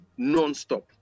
nonstop